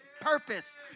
purpose